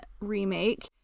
remake